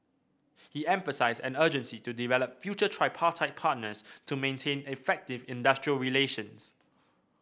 he emphasised an urgency to develop future tripartite partners to maintain effective industrial relations